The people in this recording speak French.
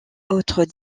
autres